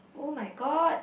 oh-my-god